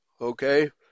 okay